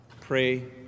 Pray